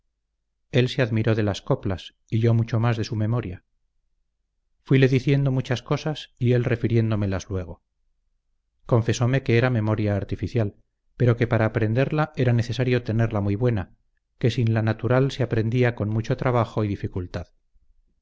él se admiró de las coplas y yo mucho más de su memoria fuile diciendo muchas cosas y él refiriéndomelas luego confesóme que era memoria artificial pero que para aprenderla era necesario tenerla muy buena que sin la natural se aprendía con mucho trabajo y dificultad